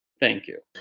thank you!